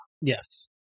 Yes